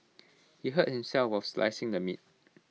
he hurt himself while slicing the meat